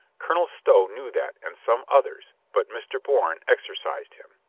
colonel stow knew that and some others, but mr. bourne exercised him.